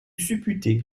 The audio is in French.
supputer